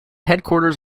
headquarters